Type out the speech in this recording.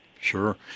sure